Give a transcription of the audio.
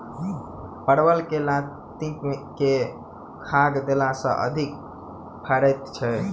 परवल केँ लाती मे केँ खाद्य देला सँ अधिक फरैत छै?